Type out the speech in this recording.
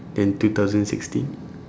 and two thousand sixteen